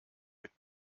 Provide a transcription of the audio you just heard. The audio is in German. mit